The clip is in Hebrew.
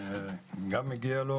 גם מגיע לו,